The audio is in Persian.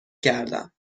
کردم